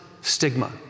stigma